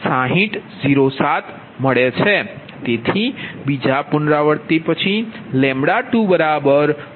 તેથી બીજા પુનરાવૃત્તિ પછીΔλ5068